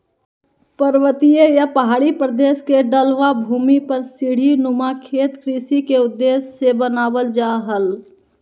पर्वतीय या पहाड़ी प्रदेश के ढलवां भूमि पर सीढ़ी नुमा खेत कृषि के उद्देश्य से बनावल जा हल